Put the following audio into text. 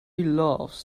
loves